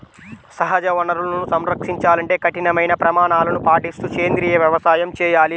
సహజ వనరులను సంరక్షించాలంటే కఠినమైన ప్రమాణాలను పాటిస్తూ సేంద్రీయ వ్యవసాయం చేయాలి